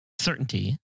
certainty